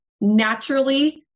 naturally